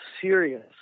Serious